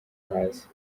hasi